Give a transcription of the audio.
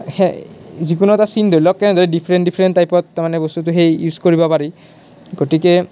সেয়া যিকোনো এটা ছিন ধৰি লওক কেনেধৰণে ডিফেৰেণ্ট ডিফেৰেণ্ট টাইপত তাৰ মানে বস্তুটো সেই ইউজ কৰিব পাৰি গতিকে